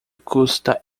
custa